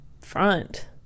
front